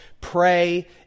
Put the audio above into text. pray